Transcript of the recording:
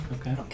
Okay